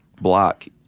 block